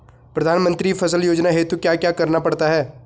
प्रधानमंत्री फसल योजना हेतु क्या क्या करना पड़ता है?